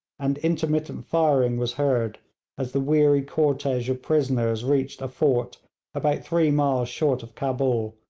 and intermittent firing was heard as the weary cortege of prisoners reached a fort about three miles short of cabul,